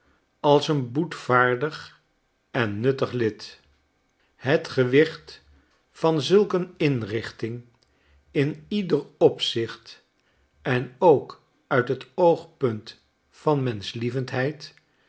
als een boetvaardig en nuttig lid hetgewicht van zulk een inrichting in ieder opzicht en ook uithetoogpunt van menschlievendheid